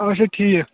اچھا ٹھیٖک